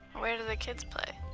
where do the kids play?